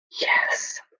yes